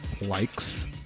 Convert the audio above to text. likes